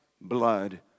blood